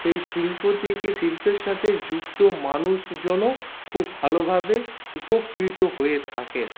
সেই শিল্প থেকে শিল্পের সাথে যুক্ত মানুষজনও খুব ভালোভাবে উপকৃত হয়ে থাকে